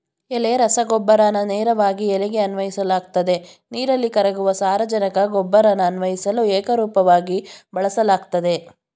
ಎಲೆ ರಸಗೊಬ್ಬರನ ನೇರವಾಗಿ ಎಲೆಗೆ ಅನ್ವಯಿಸಲಾಗ್ತದೆ ನೀರಲ್ಲಿ ಕರಗುವ ಸಾರಜನಕ ಗೊಬ್ಬರನ ಅನ್ವಯಿಸಲು ಏಕರೂಪವಾಗಿ ಬಳಸಲಾಗ್ತದೆ